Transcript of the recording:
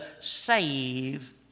save